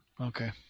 Okay